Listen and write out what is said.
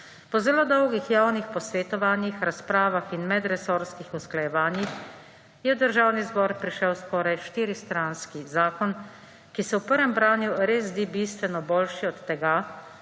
Po zelo dolgih javnih posvetovanjih, razpravah in medresorskih usklajevanjih je v Državni zbor prišel skoraj štiristranski zakon, ki se v prvem branju res zdi bistveno boljši od tega,